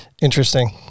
Interesting